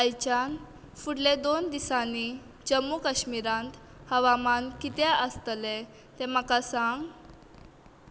आयच्यान फुडले दोन दिसांनी जम्मू काश्मीरांत हवामान कितें आसतले तें म्हाका सांग